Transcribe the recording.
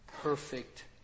perfect